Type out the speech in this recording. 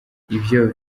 ivyo